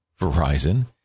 Verizon